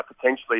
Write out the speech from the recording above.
potentially